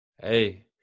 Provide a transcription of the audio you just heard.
hey